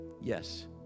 Yes